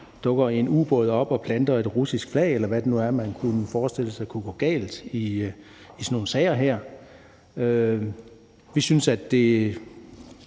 dukker en ubåd op og planter et russisk flag, eller hvad det nu er, man kunne forestille sig kunne gå galt i sådan nogle sager her. Vi synes, at